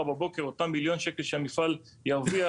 בבוקר אותם מיליון שקל שהמפעל ירוויח,